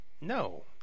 No